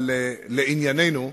לענייננו,